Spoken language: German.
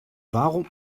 warum